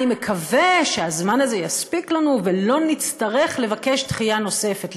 אני מקווה שהזמן הזה יספיק לנו ולא נצטרך לבקש דחייה נוספת,